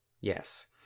Yes